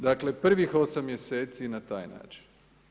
Dakle prvih 8 mjeseci na taj način.